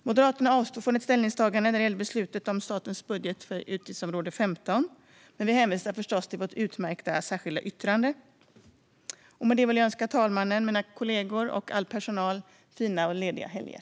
Moderaterna avstår från ett ställningstagande när det gäller beslutet om statens budget för utgiftsområde 15, men vi hänvisar förstås till vårt utmärkta särskilda yttrande. Med det vill jag önska talmannen, mina kollegor och all personal fina och lediga helger.